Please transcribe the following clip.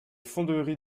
fonderies